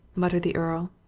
muttered the earl.